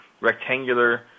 rectangular